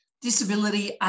disability